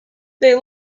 they